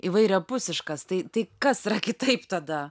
įvairiapusiškas tai tai kas yra kitaip tada